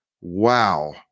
Wow